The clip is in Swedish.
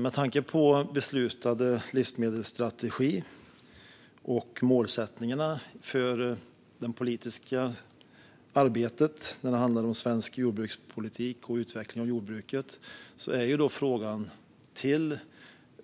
Med tanke på den beslutade livsmedelsstrategin och målsättningarna för det politiska arbetet när det handlar om svensk jordbrukspolitik och utveckling av jordbruket är frågan till